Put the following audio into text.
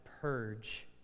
purge